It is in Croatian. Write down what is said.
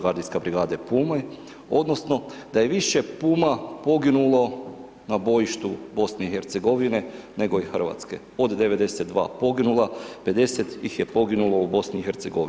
Gardijska brigada „Pume“ odnosno da je više „Puma“ poginulo na bojištu BiH nego li Hrvatske od 92 poginula, 50 ih je poginulo u BiH.